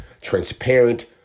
transparent